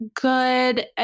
good